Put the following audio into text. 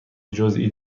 جزئی